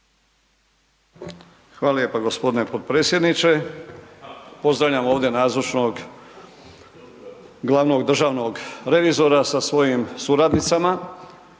Hvala lijepa g. potpredsjedniče. Pozdravljam ovdje nazočnog glavnog državnog revizora sa svojim suradnicama.